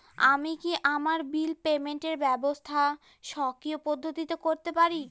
আমি কি আমার বিল পেমেন্টের ব্যবস্থা স্বকীয় পদ্ধতিতে করতে পারি?